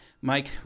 Mike